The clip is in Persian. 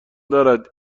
دارد